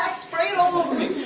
spray it all over me!